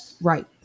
right